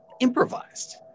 improvised